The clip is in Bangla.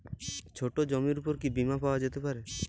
ছোট জমির উপর কি বীমা পাওয়া যেতে পারে?